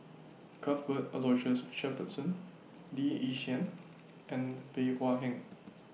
Cuthbert Aloysius Shepherdson Lee Yi Shyan and Bey Hua Heng